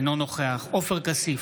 אינו נוכח עופר כסיף,